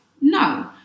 No